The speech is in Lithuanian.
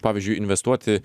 pavyzdžiui investuoti